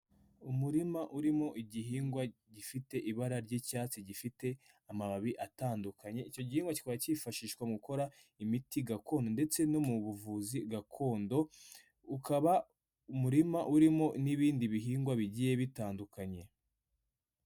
Umurima urimo igihingwa gifite ibara ry'icyatsi, gifite amababi atandukanye, icyo gihingwa kikaba cyifashishwa mu gukora imiti gakondo ndetse no mu buvuzi gakondo, ukaba umurima urimo n'ibindi bihingwa bigiye bitandukanye.